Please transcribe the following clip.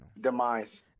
Demise